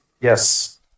yes